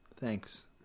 Thanks